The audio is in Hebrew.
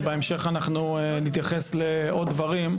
ובהמשך אנחנו נתייחס לעוד דברים.